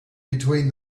between